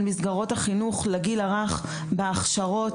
של מסגרות החינוך לגיל הרך בהכשרות,